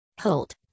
Holt